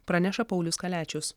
praneša paulius kaliačius